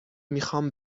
میخام